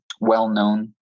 well-known